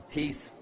peace